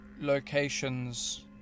locations